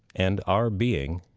and are being,